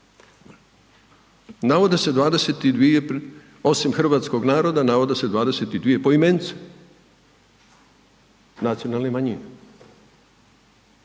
osim hrvatskog naroda navode se 22 poimence nacionalne manjine.